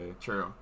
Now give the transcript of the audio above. True